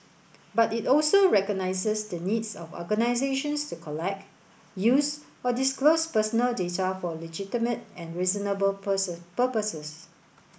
but it also recognises the needs of organisations to collect use or disclose personal data for legitimate and reasonable person purposes